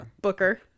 Booker